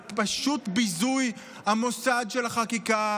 זה פשוט ביזוי המוסד של החקיקה,